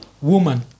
woman